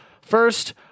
First